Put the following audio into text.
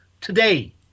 today